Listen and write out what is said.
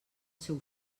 seu